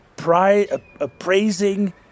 Appraising